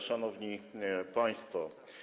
Szanowni Państwo!